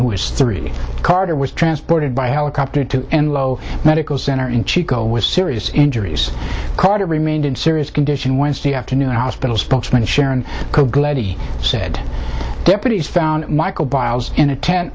who is three carter was transported by helicopter to and low medical center in chico with serious injuries carter remained in serious condition wednesday afternoon hospital spokesman sharon said deputies found michael biles in a tent